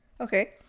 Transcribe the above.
okay